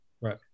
Right